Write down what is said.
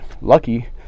lucky